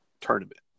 tournament